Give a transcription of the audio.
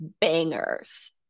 bangers